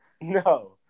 No